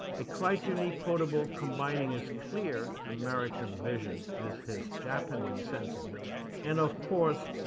a quite unique photo book combining his clear american vision with his japanese sensibility. and, of course,